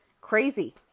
crazy